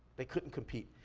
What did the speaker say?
they couldn't compete.